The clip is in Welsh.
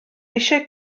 eisiau